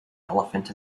elephant